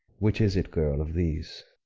which is it, girl, of these